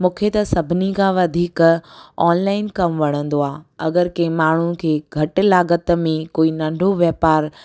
मूंखे त सभिनी खां वधीक ऑनलाइन कमु वणंदो आहे अगरि कंहिं माण्हू खे घटि लाॻत में कोई नंढो वापारु